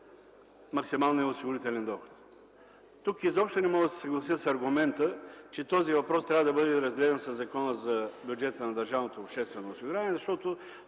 максималния осигурителен доход. Тук изобщо не мога да се съглася с аргумента, че този въпрос трябва да бъде разглеждан със Закона за бюджета на Държавното